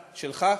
שלך?